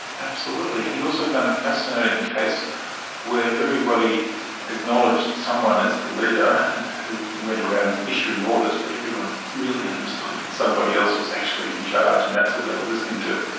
absolutely, and he also found a fascinating case where everybody acknowledged someone as the leader and who went around issuing orders, but everyone really understood that somebody else was actually in charge, and that's who they were listening to.